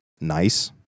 nice